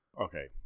Okay